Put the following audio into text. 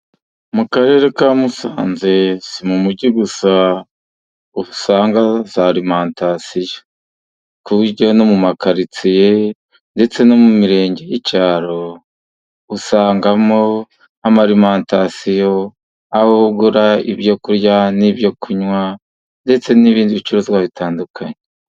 Mu karere ka Musanze si mu mugi gusa， usangaho za rimantasiyo. Kuko iyo ugiye no mu makaritsiye， ndetse no mu mirenge y'icyaro， usangamo nk'amarimantasiyo，aho ugura ibyo kurya n'ibyo kunywa， ndetse n'ibindi bicuruzwa bitandukanye.